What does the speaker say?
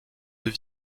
deux